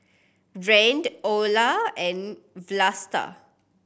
Rand Olar and Vlasta